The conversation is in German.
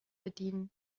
bedienen